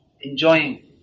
enjoying